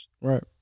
Right